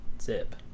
zip